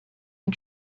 and